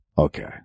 Okay